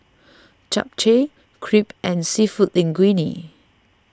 Japchae Crepe and Seafood Linguine